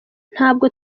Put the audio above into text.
ntabwo